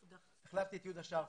החלפתי את יהודה שרף,